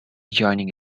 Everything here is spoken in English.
joining